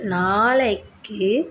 நாளைக்கு